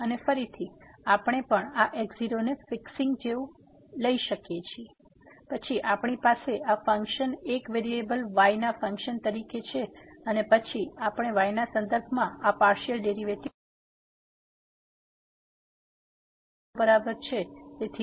અને ફરીથી આપણે પણ આ x0 ને ફિક્સિંગ જેવું લઈ શકીએ છીએ પછી આપણી પાસે આ ફંક્શન એક વેરીએબલ y ના ફંક્શન તરીકે છે અને પછી આપણે y ના સંદર્ભમાં આ પાર્સીઅલ ડેરીવેટીવ લઈ શકીએ છીએ જ્યાં પછીથી y તે y0 બરાબર છે